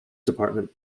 department